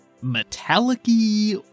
metallic-y